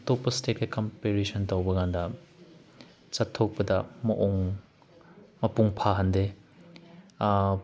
ꯑꯇꯣꯞꯄ ꯏꯁꯇꯦꯠꯀ ꯀꯝꯄꯦꯔꯦꯁꯟ ꯇꯧꯕꯀꯥꯟꯗ ꯆꯠꯊꯣꯛꯄꯗ ꯃꯑꯣꯡ ꯃꯄꯨꯡ ꯐꯥꯍꯟꯗꯦ